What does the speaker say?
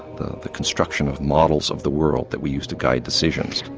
the the construction of models of the world that we use to guide decisions.